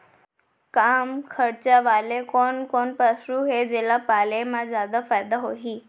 कम खरचा वाले कोन कोन पसु हे जेला पाले म जादा फायदा होही?